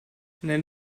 nenn